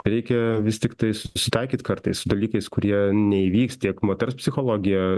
reikia vis tiktai susitaikyt kartais su dalykais kurie neįvyks tiek moters psichologijoje